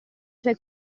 suoi